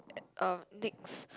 um Nicks